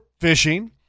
fishing